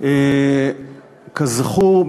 כזכור,